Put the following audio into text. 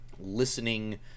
listening